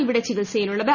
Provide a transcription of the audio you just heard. ഇവിടെ ചികിത്സയിലുള്ളത്